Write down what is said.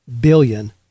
billion